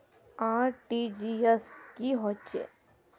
RTGS की होचए?